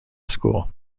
school